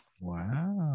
Wow